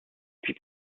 puis